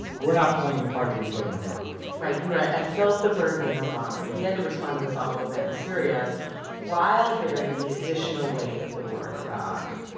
we're not playing the part that we played in iraq right. you write, i felt the burden in obama. he had to respond to this awful event in syria while bearing the additional weight of the war in iraq,